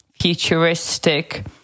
futuristic